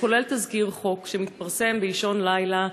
כולל תזכיר חוק שמתפרסם באישון לילה,